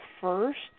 first